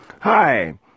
Hi